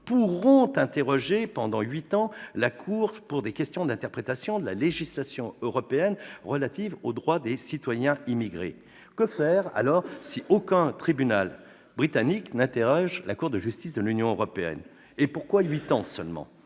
pourront » interroger pendant huit ans la Cour sur des questions d'interprétation de la législation européenne relative aux droits des citoyens immigrés. Que ferons-nous si aucun tribunal britannique n'interroge la Cour de justice de l'Union européenne ? Et pourquoi huit ans seulement ?